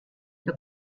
der